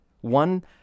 one